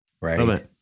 right